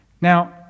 now